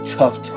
tough